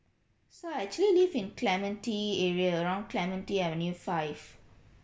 so I actually live in clementi area around clementi avenue five